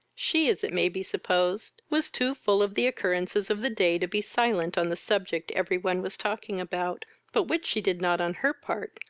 she, as it may be supposed, was too full of the occurrences of the day to be silent on the subject every one was talking about, but which she did not, on her part,